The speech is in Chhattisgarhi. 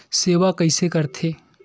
सेवा कइसे करथे?